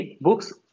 books